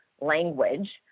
language